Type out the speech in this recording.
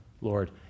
Lord